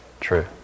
True